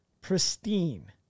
Pristine